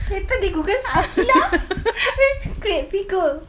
later they google aqilah great figure